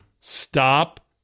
Stop